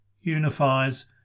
unifies